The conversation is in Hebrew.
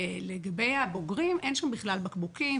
לגבי הבוגרים אין שם בכלל בקבוקים,